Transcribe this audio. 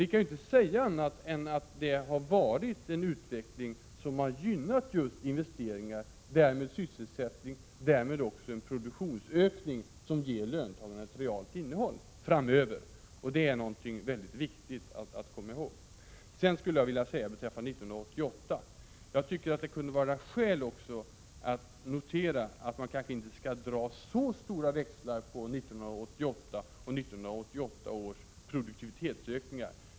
Vi kan alltså inte säga någonting annat än att vi har haft en utveckling som gynnat just investeringar — och därmed även sysselsättningen och en produktionsökning som framöver ger ett realt innehåll när det gäller löntagarna. Det är väldigt viktigt att komma ihåg detta. Sedan skulle jag vilja säga följande beträffande 1988. Jag tycker att det kunde finnas anledning att notera att man kanske inte skall dra alltför stora växlar i fråga om 1988 och 1988 års produktivitetsökningar.